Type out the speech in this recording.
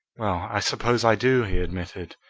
i suppose i do, he admitted.